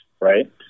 right